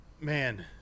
man